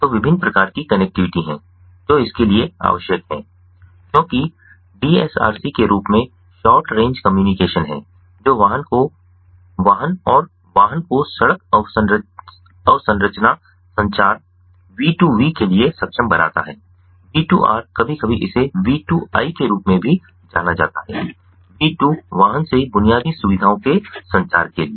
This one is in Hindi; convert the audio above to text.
तो विभिन्न प्रकार की कनेक्टिविटी हैं जो इसके लिए आवश्यक हैं क्योंकि डीएसआरसी के रूप में शॉर्ट रेंज कम्युनिकेशन है जो वाहन को वाहन और वाहन को सड़क अवसंरचना संचार V2V के लिए सक्षम बनाता है V2R कभी कभी इसे V2I के रूप में भी जाना जाता है V2 वाहन से बुनियादी सुविधाओं के संचार के लिए